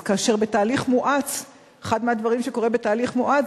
מואץ; כאשר אחד הדברים שקורים בתהליך זה